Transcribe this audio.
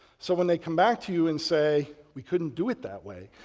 so when they come back to you and say, we couldn't do it that way.